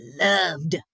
loved